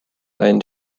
einen